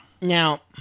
Now